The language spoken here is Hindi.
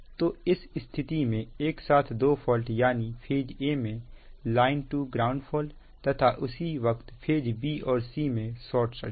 तो इस स्थिति में एक साथ दो फॉल्ट यानी फेज a में लाइन टू ग्राउंड फॉल्ट तथा उसी वक्त फेज b और c में शॉर्ट सर्किट